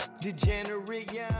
Degenerate